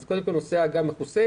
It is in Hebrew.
אז קודם כול, נושא ההגעה מכוסה.